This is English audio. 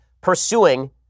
pursuing